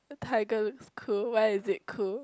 a tiger is cool where is it cool